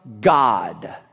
God